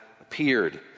appeared